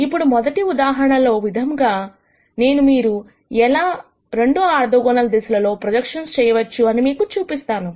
ఇప్పుడు మొదటి ఉదాహరణలో విధంగా నేను మీరు ఎలా 2 ఆర్థోగోనల్ దిశలలో ప్రొజెక్షన్స్ చేయవచ్చు అని మీకు చూపిస్తాను